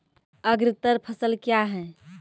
अग्रतर फसल क्या हैं?